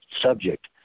subject